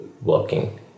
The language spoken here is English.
walking